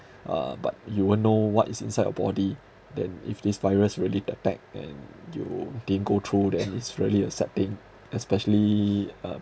uh but you won't know what is inside your body then if this virus really attack and you didn't go through then is really a sad thing especially um